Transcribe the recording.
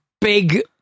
Big